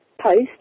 post